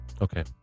Okay